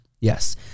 Yes